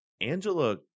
Angela